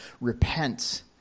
Repent